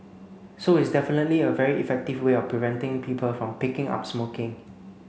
so it's definitely a very effective way of preventing people from picking up smoking